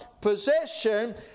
possession